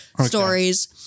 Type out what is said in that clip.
stories